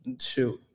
shoot